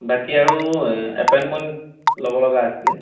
বাকী আৰু এপইণ্টমেণ্ট ল'ব লগা আছিলে